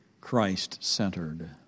Christ-centered